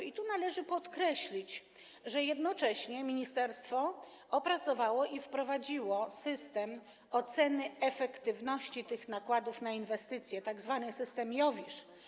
I tu należy podkreślić, że jednocześnie ministerstwo opracowało i wprowadziło system oceny efektywności tych nakładów na inwestycje, tzw. system IOWISZ.